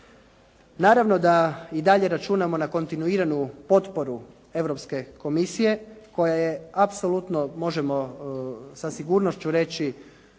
Naravno da i dalje računamo na kontinuiranu potporu Europske komisije koja je apsolutno možemo sa sigurnošću reći